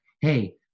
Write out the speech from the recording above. hey